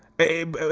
babe.